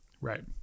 Right